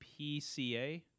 PCA